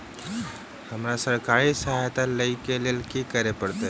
हमरा सरकारी सहायता लई केँ लेल की करऽ पड़त?